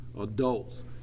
adults